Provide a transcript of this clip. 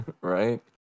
Right